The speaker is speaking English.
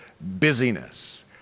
busyness